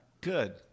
Good